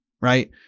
right